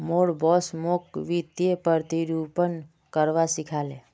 मोर बॉस मोक वित्तीय प्रतिरूपण करवा सिखा ले